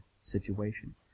situation